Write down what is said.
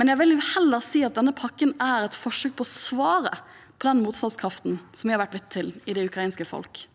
Men jeg vil nok heller si at denne pakken er et forsøk på å svare på motstandskraften som vi har vært vitne til i det ukrainske folket.